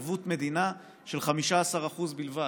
ערבות מדינה של 15% בלבד,